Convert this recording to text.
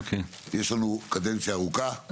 יש לנו קדנציה ארוכה,